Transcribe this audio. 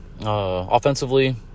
offensively